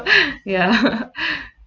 ya